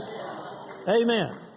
Amen